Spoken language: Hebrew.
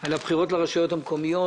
על הבחירות לרשויות המקומיות,